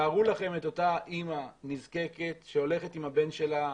תארו לכם את אותה אמא נזקקת שהולכת עם הבן שלה,